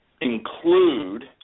include